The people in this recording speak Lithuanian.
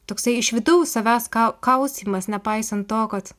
toksai iš vidaus savęs kaustymas nepaisant to kad